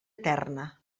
eterna